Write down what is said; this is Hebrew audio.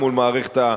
מול מערכת המשפט,